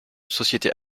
société